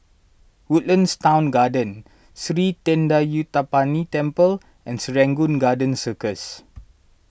Woodlands Town Garden Sri thendayuthapani Temple and Serangoon Garden Circus